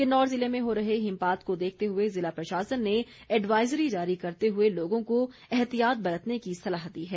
किन्नौर जिले में हो रहे हिमपात को देखते हुए जिला प्रशासन ने एडवाइजरी जारी करते हुए लोगों को एहतियात बरतने की सलाह दी है